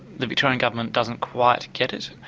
the victorian government doesn't quite get it.